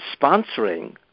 sponsoring